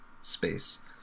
space